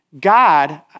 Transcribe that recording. God